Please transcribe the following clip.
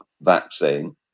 vaccine